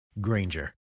Granger